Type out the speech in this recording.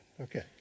Okay